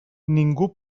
ningú